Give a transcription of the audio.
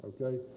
okay